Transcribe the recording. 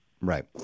right